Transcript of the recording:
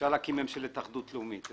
אפשר להקים ממשלת אחדות לאומית.